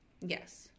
Yes